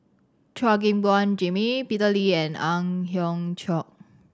Chua Gim Guan Jimmy Peter Lee and Ang Hiong Chiok